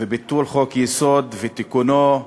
ביטול חוק-יסוד ותיקונו,